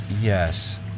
Yes